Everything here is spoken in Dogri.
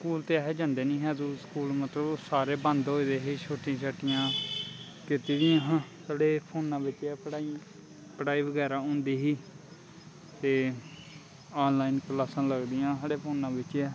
स्कूल ते अस जंदे निं हे अदूं स्कूल मतलब सारे बंद होए दे हे छुट्टियां छट्टियां कीती दियां हां ते फोनै बिच्च गै पढ़ाई पढ़ाई बगैरा होंदी ही ते आनलाइन क्लासां लगदियां साढ़े फोनै बिच्च गै